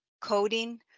coding